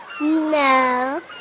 No